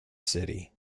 city